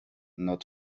not